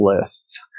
lists